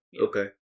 Okay